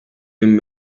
bin